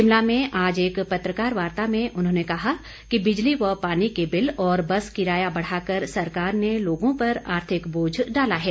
शिमला में आज एक पत्रकार वार्ता में उन्होंने कहा कि बिजली व पानी के बिल व बस किराया बढ़ाकर सरकार ने लोगों पर आर्थिक बोझ डाला है